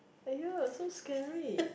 !aiyo! so scary